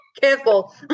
Careful